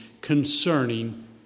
concerning